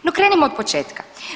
No, krenimo od početka.